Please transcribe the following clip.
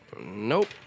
Nope